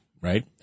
right